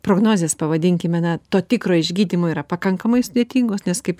prognozės pavadinkime na to tikro išgydymo yra pakankamai sudėtingos nes kaip